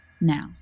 now